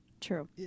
True